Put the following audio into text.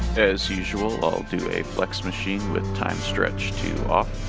as usual i'll do a flex machine with time stretch to off